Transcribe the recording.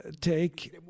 take